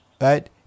right